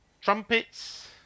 Trumpets